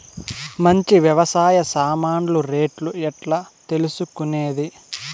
మంచి వ్యవసాయ సామాన్లు రేట్లు ఎట్లా తెలుసుకునేది?